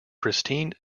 pristine